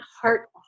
heart